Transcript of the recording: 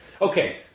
Okay